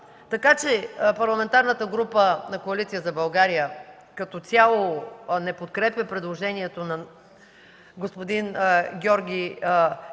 Като цяло Парламентарната група на Коалиция за България не подкрепя предложението на господин Георги Кадиев.